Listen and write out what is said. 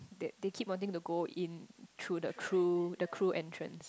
they they keep bonding the goal into the crew the crew entrance